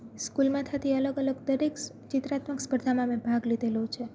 સ્કૂલમાં થતી અલગ અલગ દરેક ચિત્રાત્મક સ્પર્ધામાં મેં ભાગ લીધેલો છે